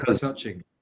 touching